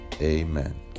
Amen